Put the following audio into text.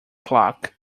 clock